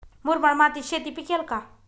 मुरमाड मातीत शेती पिकेल का?